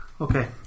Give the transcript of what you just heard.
Okay